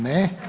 Ne.